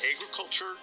agriculture